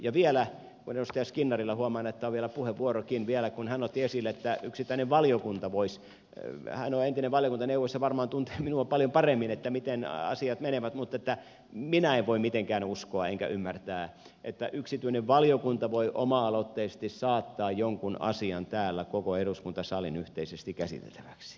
ja vielä huomaan että edustaja skinnarilla on vielä puheenvuorokin kun hän otti esille että yksittäinen valiokunta voisi hän on entinen valiokuntaneuvos ja varmaan tuntee minua paljon paremmin miten asiat menevät mutta minä en voi sitä mitenkään uskoa enkä ymmärtää oma aloitteisesti saattaa jonkun asian täällä koko eduskuntasalin yhteisesti käsiteltäväksi